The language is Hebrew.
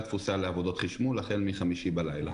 תפוסה לעבודות חשמול החל מחמישי בלילה.